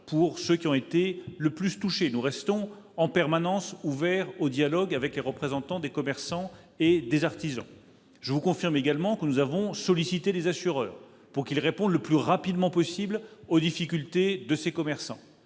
qui ont été le plus touchés. Nous restons en permanence ouverts au dialogue avec les représentants des commerçants et des artisans. Je vous confirme également que nous avons demandé aux assureurs de répondre le plus rapidement possible aux difficultés des commerçants.